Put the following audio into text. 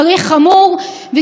שלא נמצאת כאן היום,